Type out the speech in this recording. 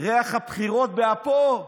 ריח הבחירות באפו,